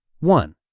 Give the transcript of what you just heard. One